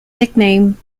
nickname